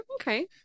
okay